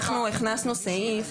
אנחנו הכנסנו סעיף.